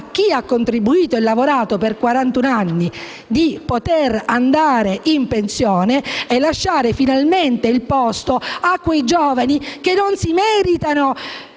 chi ha contribuito e lavorato per quarantun anni di andare in pensione lasciando finalmente il posto a quei giovani che non si meritano,